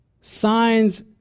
signs